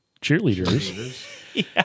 cheerleaders